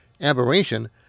aberration